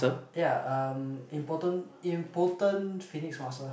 ya um important impotent phoenix muscle